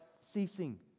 ceasing